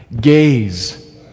gaze